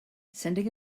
sending